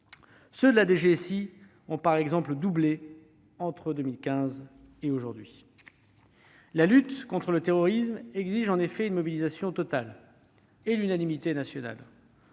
Ceux de la DGSI ont par exemple doublé entre 2015 et aujourd'hui. La lutte contre le terrorisme exige en effet une mobilisation totale et l'unanimité nationale.